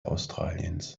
australiens